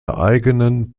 eigenen